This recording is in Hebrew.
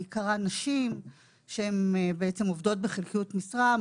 בעיקרה נשים שהן בעצם עובדות בחלקיות משרה.